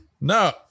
No